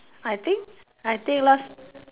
I think I think last